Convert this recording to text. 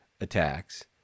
attacks